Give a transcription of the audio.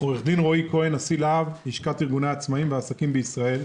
אני נשיא לה"ב לשכת ארגוני העצמאים והעסקים בישראל.